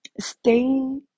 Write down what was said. stay